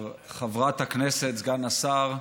חברת הכנסת, סגן השר,